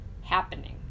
happening